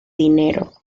dinero